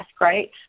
right